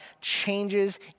changes